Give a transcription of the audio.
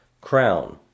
crown